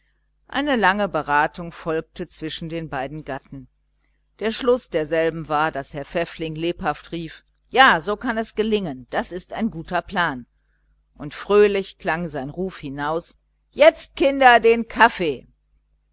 eine lange beratung folgte zwischen den beiden gatten der schluß derselben war daß herr pfäffling lebhaft rief ja so kann es gelingen das ist ein guter plan und fröhlich klang sein ruf hinaus jetzt kinder den kaffee